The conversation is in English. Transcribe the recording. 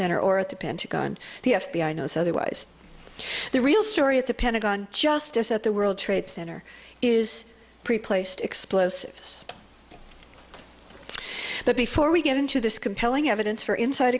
center or at the pentagon the f b i knows otherwise the real story at the pentagon justice at the world trade center is pre placed explosives but before we get into this compelling evidence for inside